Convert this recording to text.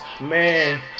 Man